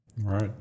Right